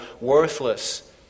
worthless